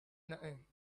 nothing